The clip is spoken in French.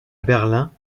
berlin